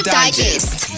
digest